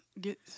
get